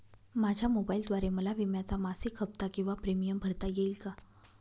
माझ्या मोबाईलद्वारे मला विम्याचा मासिक हफ्ता किंवा प्रीमियम भरता येईल का?